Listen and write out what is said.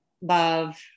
love